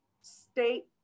state